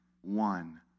one